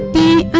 be